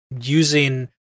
using